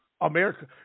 America